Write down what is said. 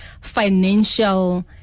financial